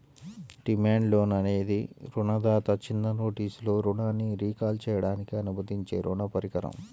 demand loan అనేది రుణదాత చిన్న నోటీసులో రుణాన్ని రీకాల్ చేయడానికి అనుమతించే రుణ పరికరం